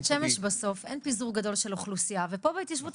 בבית שמש בסוף אין פיזור גדול של אוכלוסייה ופה בהתיישבות